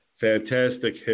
fantastic